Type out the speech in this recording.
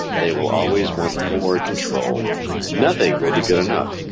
they will always one more control nothing will be good enough.